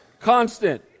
Constant